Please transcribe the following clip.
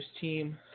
team